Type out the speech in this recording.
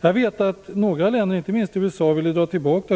Jag vet att några länder, inte minst USA, ville ta bort